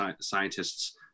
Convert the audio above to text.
scientists